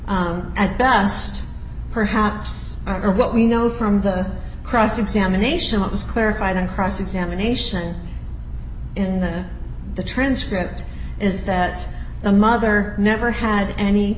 at best perhaps or what we know from the cross examination was clarified on cross examination in the the transcript is that the mother never had any